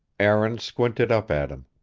aaron squinted up at him.